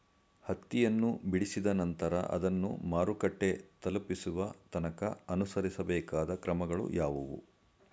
ಹತ್ತಿಯನ್ನು ಬಿಡಿಸಿದ ನಂತರ ಅದನ್ನು ಮಾರುಕಟ್ಟೆ ತಲುಪಿಸುವ ತನಕ ಅನುಸರಿಸಬೇಕಾದ ಕ್ರಮಗಳು ಯಾವುವು?